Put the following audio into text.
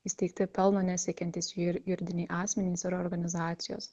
įsteigti pelno nesiekiantys jur juridiniai asmenys ir organizacijos